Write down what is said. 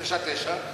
ל-9.99%,